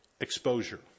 exposure